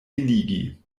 eligi